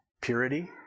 purity